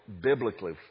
biblically